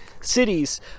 cities